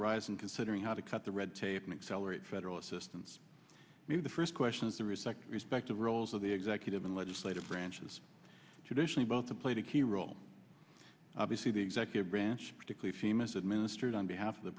arise and considering how to cut the red tape in excel or federal assistance may be the first questions to respect respective roles of the executive and legislative branches traditionally both played a key role obviously the executive branch critically famous administered on behalf of the